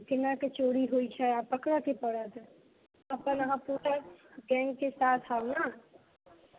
एनाके चोरी होइ छै आब पकड़के पड़त अपन अहाँ पूरा गैङ्गके साथ आबू नऽ